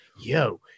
yo